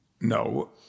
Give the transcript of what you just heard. No